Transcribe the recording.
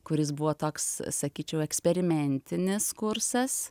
kuris buvo toks sakyčiau eksperimentinis kursas